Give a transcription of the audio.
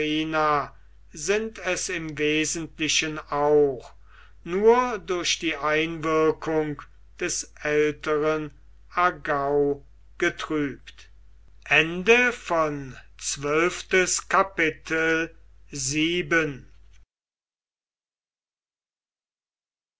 sind es im wesentlichen auch nur durch die einwirkung des älteren agau getrübt